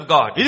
God